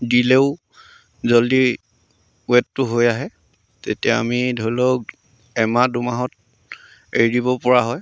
দিলেও জলদি ৱেটটো হৈ আহে তেতিয়া আমি ধৰি লওক এমাহ দুমাহত এৰি দিবপৰা হয়